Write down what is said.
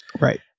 Right